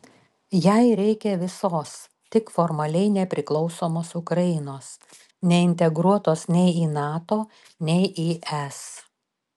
jai reikia visos tik formaliai nepriklausomos ukrainos neintegruotos nei į nato nei į es